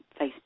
Facebook